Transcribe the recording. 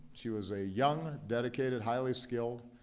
she was a young, dedicated, highly skilled